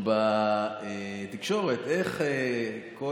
איך כל